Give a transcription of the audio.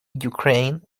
ukraine